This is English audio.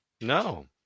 no